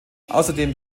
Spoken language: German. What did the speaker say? außerdem